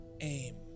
aim